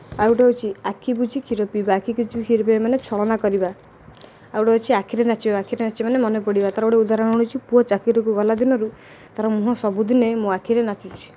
ଆଉ ଗୋଟେ ହେଉଛି ଆଖି ବୁଜି କ୍ଷୀର ପିଇବା ଆଖି ବୁଜି କ୍ଷୀର ପିଇବା ମାନେ ଛଳନା କରିବା ଆଉ ଗୋଟେ ହେଉଛି ଆଖିରେ ନାଚିବା ଆଖିରେ ନାଚିବା ମାନେ ମନେପଡ଼ିବା ତା ତା'ର ଗୋଟେ ଉଦାହରଣ ହେଉଛି ପୁଅ ଚାକିରିକୁ ଗଲା ଦିନରୁ ତା'ର ମୁହଁ ସବୁଦିନେ ମୋ ଆଖିରେ ନାଚୁଛି